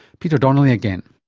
peter donnelly again.